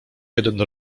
jeden